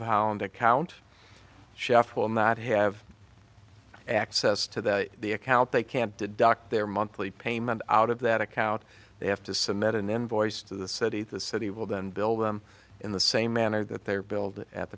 of hound account chef will not have access to the the account they can't deduct their monthly payment out of that account they have to submit an invoice to the city the city will then build them in the same manner that they are bil